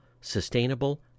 sustainable